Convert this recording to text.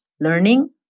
learning